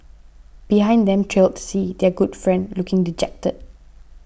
behind them trailed C their good friend looking dejected